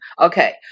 Okay